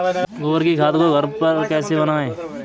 गोबर की खाद को घर पर कैसे बनाएँ?